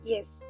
Yes